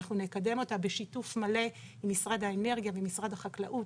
אנחנו נקדם אותה בשיתוף מלא עם משרד האנרגיה ומשרד החקלאות,